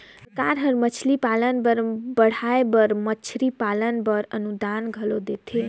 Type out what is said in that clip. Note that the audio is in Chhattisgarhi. सरकार हर मछरी पालन ल बढ़ाए बर मछरी पालन बर अनुदान घलो देथे